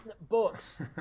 books